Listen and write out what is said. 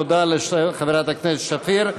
תודה לחברת הכנסת שפיר.